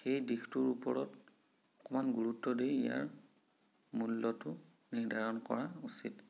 সেই দিশটোৰ ওপৰত অকণমান গুৰুত্ব দি ইয়াৰ মূল্যটো নিৰ্ধাৰণ কৰা উচিত